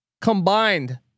combined